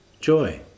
Joy